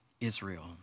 Israel